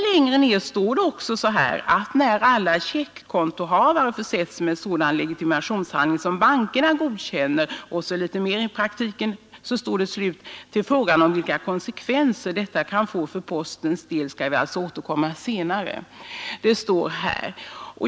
Längre ner talas om att bankerna kommer att förse sina checkkontoinnehavare med särskild legitimation, varpå man skriver: Till frågan om vilka konsekvenser detta kan få för postens del skall vi återkomma senare.